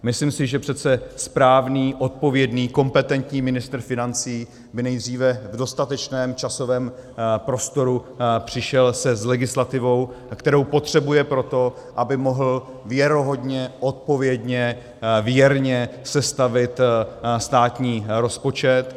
Myslím si, že přece správný, odpovědný, kompetentní ministr financí by nejdříve v dostatečném časovém prostoru přišel s legislativou, kterou potřebuje pro to, aby mohl věrohodně, odpovědně, věrně sestavit státní rozpočet.